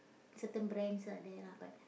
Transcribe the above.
certain brands are there lah but